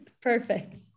Perfect